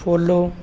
follow